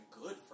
good